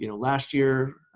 you know last year,